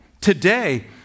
Today